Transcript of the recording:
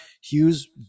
hughes